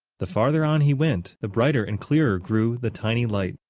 the farther on he went, the brighter and clearer grew the tiny light.